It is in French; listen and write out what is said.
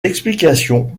explication